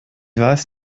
weiß